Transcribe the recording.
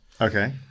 okay